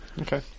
Okay